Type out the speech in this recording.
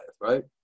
right